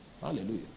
Hallelujah